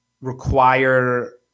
require